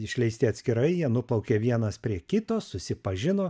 išleisti atskirai jie nuplaukė vienas prie kito susipažino